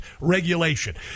regulation